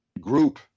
group